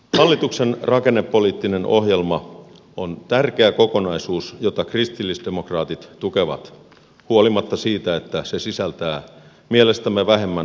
hallituksen rakennepoliittinen ohjelma on tärkeä kokonaisuus jota kristillisdemokraatit tukevat huolimatta siitä että se sisältää mielestämme vähemmän onnistuneita yksityiskohtia